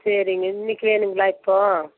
சரிங்க இன்னைக்கு வேணும்ங்களா இப்போது